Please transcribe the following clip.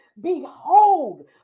behold